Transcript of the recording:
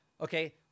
Okay